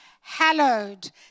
hallowed